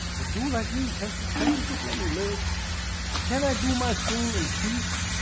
or do like me can't it can't they just let me live can i do my stream in peace?